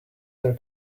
their